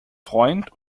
freund